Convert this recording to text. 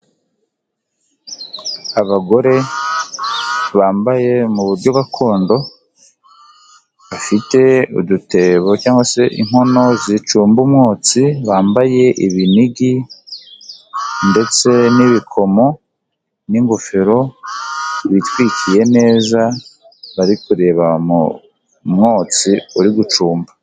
Abagore bambaye mu buryo gakondo bafite udutebo cyangwa se inkono zicumba umwotsi, bambaye ibinigi ndetse n'ibikomo n'ingofero bitwikiye neza bari kureba mu mwotsi uri gucumba.